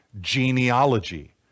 genealogy